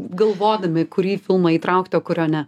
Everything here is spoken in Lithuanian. galvodami kurį filmą įtraukti o kurio ne